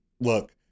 Look